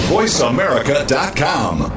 VoiceAmerica.com